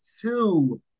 two